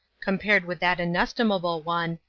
compared with that inestimable one,